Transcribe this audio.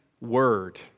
word